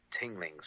tingling